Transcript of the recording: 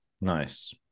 Nice